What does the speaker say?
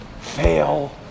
fail